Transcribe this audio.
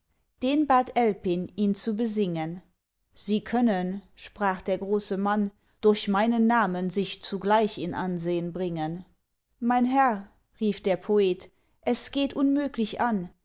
den bat elpin ihn zu besingen sie können sprach der große mann durch meinen namen sich zugleich in ansehn bringen mein herr rief der poet es geht unmöglich an